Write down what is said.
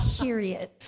Period